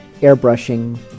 airbrushing